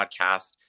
podcast